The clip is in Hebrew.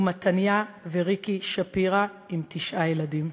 ומתניה וריקי שפירא עם תשעה ילדים.